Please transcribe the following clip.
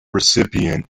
recipient